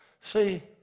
See